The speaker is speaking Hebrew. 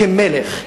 כמלך,